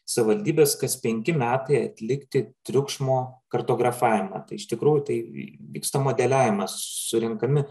savivaldybes kas penki metai atlikti triukšmo kartografavimą tai iš tikrųjų tai vyksta modeliavimas surenkami